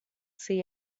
see